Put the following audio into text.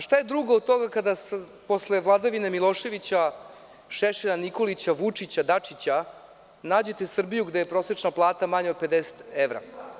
Šta je drugo od toga, kada posle vladavine Miloševića, Šešelja, Nikolića, Vučića, Dačića, nađete Srbiju gde je prosečna plata manja od 50 evra?